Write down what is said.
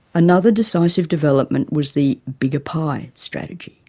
another decisive development was the bigger pie strategy.